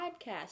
podcast